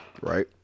Right